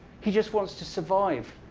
he just wants to survive.